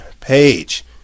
page